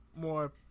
more